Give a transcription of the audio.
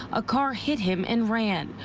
a car hit him and ran.